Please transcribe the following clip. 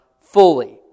fully